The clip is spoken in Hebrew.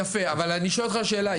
יפה, אבל אני שואל אותך שאלה.